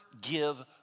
give